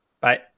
Bye